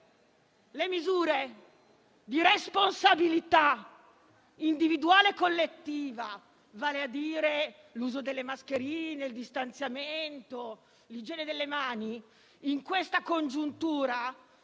Le misure di responsabilità individuale e collettiva, vale a dire l'uso delle mascherine, il distanziamento e l'igiene delle mani, in questa congiuntura